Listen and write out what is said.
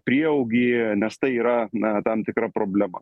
prieaugį nes tai yra na tam tikra problema